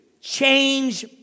change